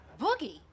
Boogie